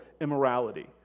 immorality